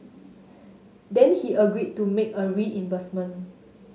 then he agreed to make a reimbursement